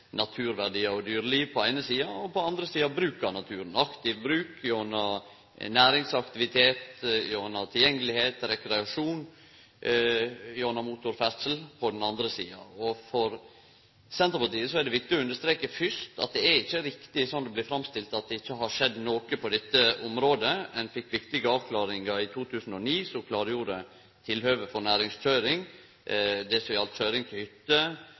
naturverdiar og dyreliv på den eine sida, og på den andre sida bruk av naturen, aktiv bruk gjennom næringsaktivitet, gjennom tilgjengelegheit, gjennom rekreasjon og gjennom motorferdsel. For Senterpartiet er det fyrst viktig å understreke at det ikkje er riktig, slik det er framstilt, at det ikkje har skjedd noko på dette området. Ein fekk viktige avklaringar i 2009, som klargjorde tilhøve for